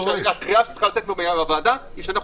הקריאה שצריכה לצאת מהוועדה - אנחנו